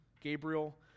Gabriel